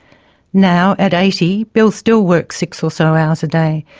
now, at eighty, bill still works six or so hours a day.